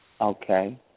Okay